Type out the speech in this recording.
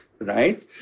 right